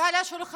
זה על השולחן.